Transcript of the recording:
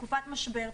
תקופת משבר,